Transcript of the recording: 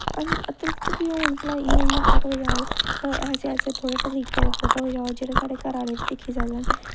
अतिरिक्त बी होन भला इ'यां इ'यां फोटो खचाओ ऐसे ऐसे थोह्ड़े तरीके दे फोटो खचाओ जेह्ड़े साढ़े घर आह्ले बी दिक्खी सकन